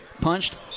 Punched